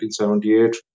1978